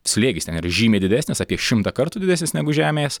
slėgis ten yra žymiai didesnis apie šimtą kartų didesnis negu žemės